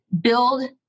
build